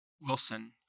Wilson